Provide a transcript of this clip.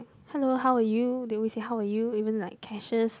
hello how are you they always say how are you even like cashiers